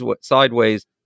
sideways